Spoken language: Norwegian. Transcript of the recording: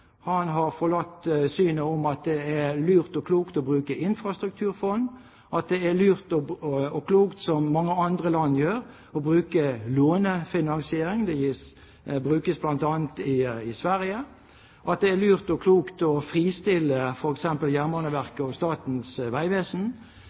Han har forlatt det synet at det er lurt og klokt å bruke infrastrukturfond, at det er lurt og klokt, som mange andre land gjør, å bruke lånefinansiering – det brukes bl.a. i Sverige – at det er lurt og klokt å fristille